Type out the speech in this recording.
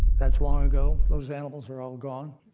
that's long ago. those animals are all gone.